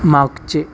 मागचे